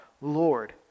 Lord